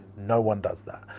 no one does that.